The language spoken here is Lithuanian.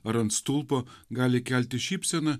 ar ant stulpo gali kelti šypseną